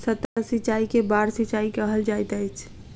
सतह सिचाई के बाढ़ सिचाई कहल जाइत अछि